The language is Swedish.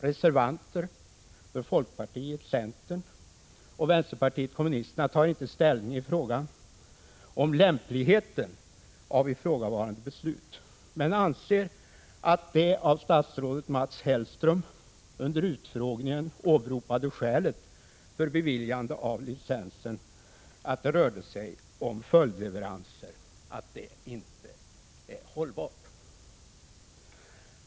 Reservanter från folkpartiet, centern och vänsterpartiet kommunisterna tar inte ställning i frågan om lämpligheten av ifrågavarande beslut men anser att det av statsrådet Mats Hellström under utfrågningen åberopade skälet för beviljande av licensen, att det rörde sig om följdleveranser, inte är hållbart.